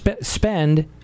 spend